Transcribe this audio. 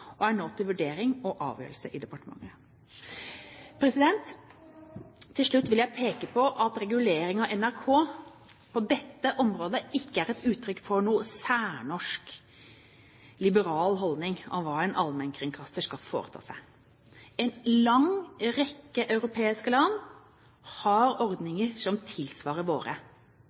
og er nå til vurdering og avgjørelse i departementet. Til slutt vil jeg peke på at regulering av NRK på dette området ikke er uttrykk for noen særnorsk, liberal holdning til hva en allmennkringkaster kan foreta seg. En lang rekke europeiske land har ordninger som tilsvarer våre.